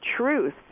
truth